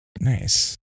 nice